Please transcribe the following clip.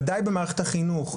ודאי שבמערכת החינוך,